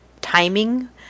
timing